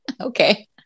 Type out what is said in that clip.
Okay